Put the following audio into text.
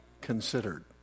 considered